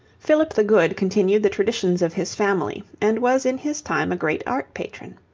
philip the good continued the traditions of his family and was in his time a great art-patron.